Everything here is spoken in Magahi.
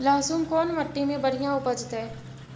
लहसुन कोन मट्टी मे बढ़िया उपजतै?